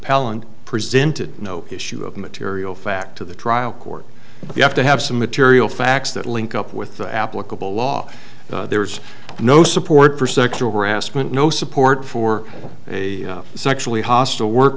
appellant presented no issue of material fact to the trial court you have to have some material facts that link up with the applicable law there's no support for sexual harassment no support for a sexually hostile work